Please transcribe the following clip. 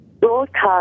Broadcast